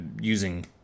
using